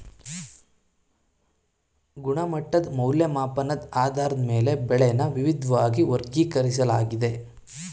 ಗುಣಮಟ್ಟದ್ ಮೌಲ್ಯಮಾಪನದ್ ಆಧಾರದ ಮೇಲೆ ಬೆಳೆನ ವಿವಿದ್ವಾಗಿ ವರ್ಗೀಕರಿಸ್ಲಾಗಿದೆ